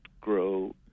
grow